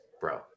bro